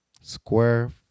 Square